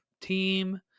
team